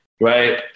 right